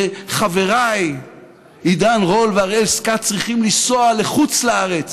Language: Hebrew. וחבריי עידן רול והראל סקעת צריכים לנסוע לחוץ לארץ